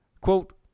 quote